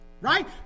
Right